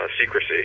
secrecy